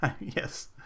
Yes